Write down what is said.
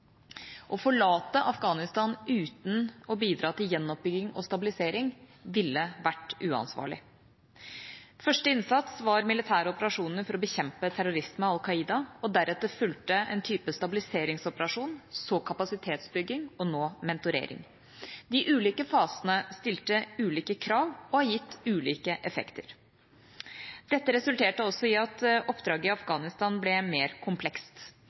Å forlate Afghanistan uten å bidra til gjenoppbygging og stabilisering ville vært uansvarlig. Første innsats var militære operasjoner for å bekjempe terrorisme, Al Qaida, deretter fulgte en type stabiliseringsoperasjon, så kapasitetsbygging og nå mentorering. De ulike fasene stilte ulike krav og har gitt ulike effekter. Dette resulterte i at oppdraget i Afghanistan ble mer komplekst.